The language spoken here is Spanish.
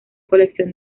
colección